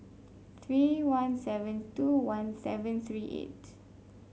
three one seven two one seven three eight